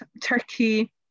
Turkey